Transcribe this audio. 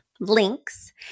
links